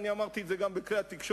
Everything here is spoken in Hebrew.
ואני אמרתי את זה גם בכלי התקשורת,